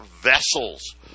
vessels